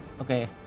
Okay